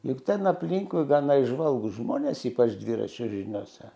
juk ten aplinkui gana įžvalgūs žmonės ypač dviračio žiniose